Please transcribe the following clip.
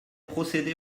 procéder